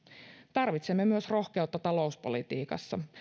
tarvitsemme myös rohkeutta talouspolitiikassa